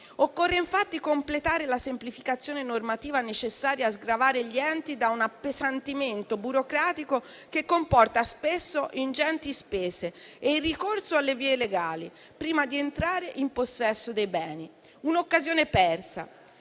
Occorre infatti completare la semplificazione normativa necessaria a sgravare gli enti da un appesantimento burocratico che comporta spesso ingenti spese e il ricorso alle vie legali prima di entrare in possesso dei beni. Un'occasione persa,